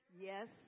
yes